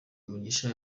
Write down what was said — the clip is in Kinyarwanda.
mugisha